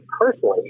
personally